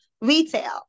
retail